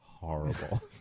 Horrible